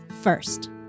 first